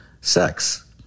sex